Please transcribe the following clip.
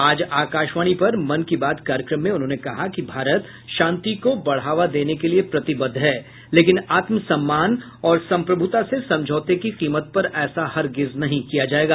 आज आकाशवाणी पर मन की बात कार्यक्रम में उन्होंने कहा कि भारत शांति को बढ़ावा देने के लिए प्रतिबद्ध है लेकिन आत्म सम्मान और संप्रभुता से समझौते की कीमत पर ऐसा हरगिज नहीं किया जाएगा